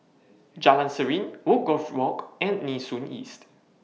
Jalan Serene Woodgrove Walk and Nee Soon East